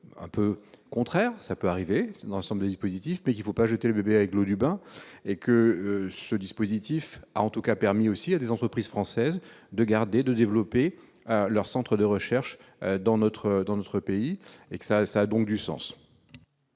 un peu, au contraire, ça peut arriver, l'ensemble des dispositifs mais il faut pas jeter le bébé avec l'eau du bain et que ce dispositif a en tout cas permis aussi à des entreprises françaises de garder, de développer leurs centres de recherche dans notre dans notre pays et ça ça donc du sens.